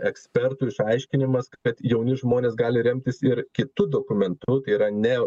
ekspertų išaiškinimas kad jauni žmonės gali remtis ir kitu dokumentu tai yra ne